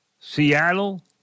Seattle